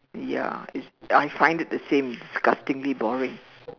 ya it's I find it the same disgustingly boring